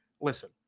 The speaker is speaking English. listen